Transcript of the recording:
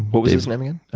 what was his name again?